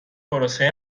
پروسه